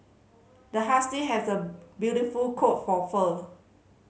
the husky has a beautiful coat for fur